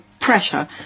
pressure